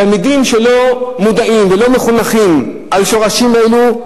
תלמידים שלא מודעים ולא מחונכים על שורשים אלו,